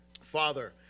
father